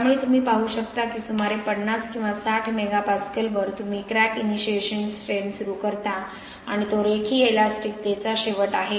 त्यामुळे तुम्ही पाहू शकता की सुमारे 50 किंवा 60 मेगापास्कल वर तुम्ही क्रॅक इनिशिएशन स्ट्रेन सुरू करता आणि तो रेखीय इलॅस्टिकतेचा शेवट आहे